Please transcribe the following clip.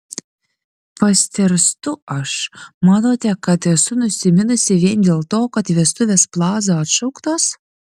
pastėrstu aš manote kad esu nusiminusi vien dėl to kad vestuvės plaza atšauktos